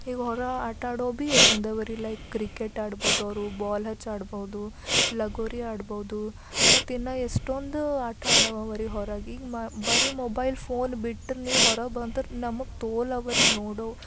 ಈಗ ಹೊರ ಆಟ ಆಡವು ಭೀ ಕ್ರಿಕೆಟ್ ಆಡ್ಬೋದು ಅವರು ಬಾಲ್ ಹಚ್ಚಿ ಆಡ್ಬಹುದು ಲಗೋರಿ ಆಡ್ಬೋದು ಮತ್ತು ಇನ್ನು ಎಷ್ಟೊಂದು ಆಟ ಹೊರಗೀಗ ಈಗ ಬರೀ ಮೊಬೈಲ್ ಫೋನ್ ಬಿಟ್ರೆ ನೀವು ಹೊರಗೆ ಬಂದ್ರು ನಮ್ಗೆ ತೋಲ್ ಅವರಿ ನೋಡೋ